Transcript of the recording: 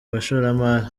bashoramari